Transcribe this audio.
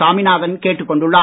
சாமிநாதன் கேட்டுக்கொண்டுள்ளார்